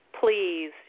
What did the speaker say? please